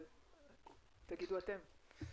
אבל תגידו אתם.